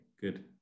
good